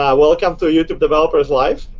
um welcome to youtube developer's live.